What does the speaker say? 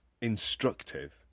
instructive